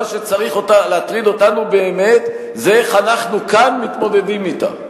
מה שצריך להטריד אותנו באמת זה איך אנחנו כאן מתמודדים אתה.